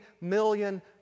million